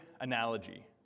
analogy